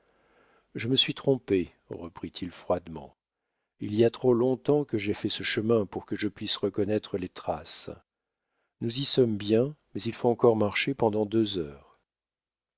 je me suis trompé reprit-il froidement il y a trop long-temps que j'ai fait ce chemin pour que je puisse en reconnaître les traces nous y sommes bien mais il faut encore marcher pendant deux heures